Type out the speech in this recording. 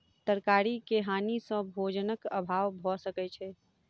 तरकारी के हानि सॅ भोजनक अभाव भअ सकै छै